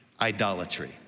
idolatry